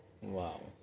Wow